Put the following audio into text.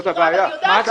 זאת הבעיה.